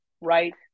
right